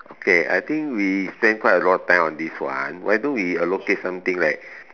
okay I think we spend quite a lot of time on this one why don't we allocate something like